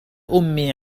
أمي